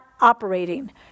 operating